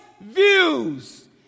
views